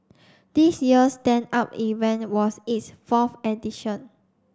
this year's Stand Up event was its fourth edition